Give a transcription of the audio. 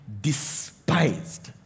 despised